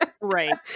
Right